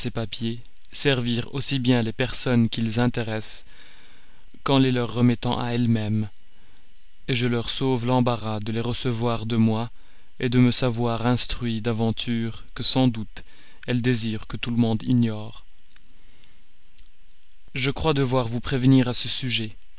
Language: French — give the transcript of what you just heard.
papiers servir aussi bien les personnes qu'ils intéressent qu'en les leur remettant à elles-mêmes je leur sauve l'embarras de les recevoir de moi de me savoir instruit d'aventures que sans doute elles désirent que tout le monde ignore je crois devoir vous prévenir à ce sujet